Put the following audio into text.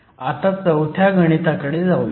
आता चौथ्या गणिताकडे जाऊयात